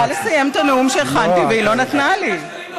אני צריכה לסיים את הנאום שהכנתי והיא לא נתנה לי.